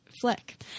Flick